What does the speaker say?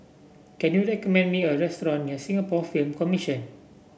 can you recommend me a restaurant near Singapore Film Commission